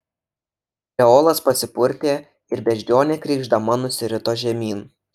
kreolas pasipurtė ir beždžionė krykšdama nusirito žemyn